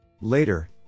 Later